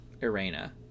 Irena